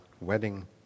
wedding